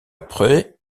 peu